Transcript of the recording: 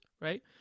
right